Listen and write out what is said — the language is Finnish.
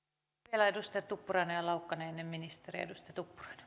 vielä edustajat tuppurainen ja laukkanen ennen ministeriä